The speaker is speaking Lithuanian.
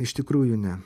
iš tikrųjų ne